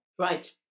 Right